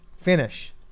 Finish